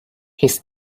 his